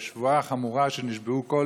בשבועה חמורה שנשבעו כל